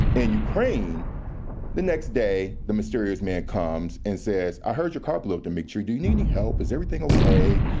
and ukraine the next day the mysterious man comes and says, i heard your car blew up dmitri do you need any help? is everything okay?